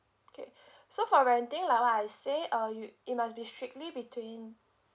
okay so for renting like like I say uh you it must be strictly between